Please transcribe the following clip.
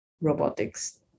Robotics